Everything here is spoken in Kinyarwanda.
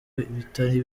bitari